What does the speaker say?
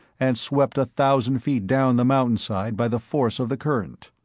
and swept a thousand feet down the mountainside by the force of the current.